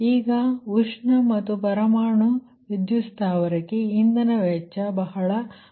ಈಗ ಉಷ್ಣ ಮತ್ತು ಪರಮಾಣುವಿದ್ಯುತ್ ಸ್ಥಾವರಕ್ಕೆ ಇಂಧನ ವೆಚ್ಚ ಬಹಳ ಮುಖ್ಯ